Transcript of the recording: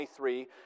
23